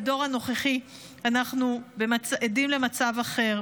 בדור הנוכחי אנחנו עדים למצב אחר,